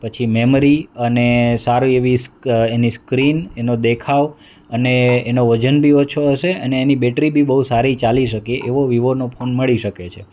પછી મેમરી અને સારી એવી સ્ક્રીનનો દેખાવ અને એનો વજન બી ઓછું હશે અને એની બેટરી બી બહુ સારી ચાલી શકે એવો વિવો ફોન મળી શકે છે